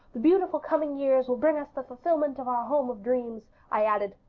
the beautiful coming years will bring us the fulfilment of our home of dreams i added,